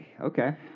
okay